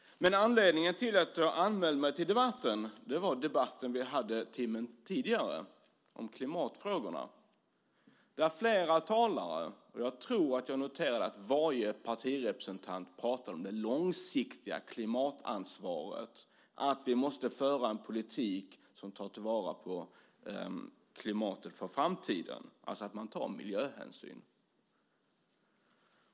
Anledningen till att jag anmält mig till debatten var den debatt vi hade timmen tidigare om klimatfrågorna. Där tror jag att varje partirepresentant pratade om det långsiktiga klimatansvaret och att vi måste föra en politik som tar till vara klimatet för framtiden, det vill säga att man tar miljöhänsyn.